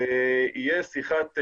תהיה שיחת וידאו,